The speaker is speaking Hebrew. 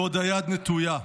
ועוד היד נטויה.